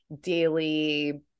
daily